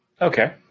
Okay